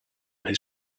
his